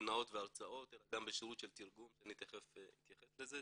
סדנאות והרצאות אלא גם בשירות של תרגום רפואי שתיכף אתייחס לזה.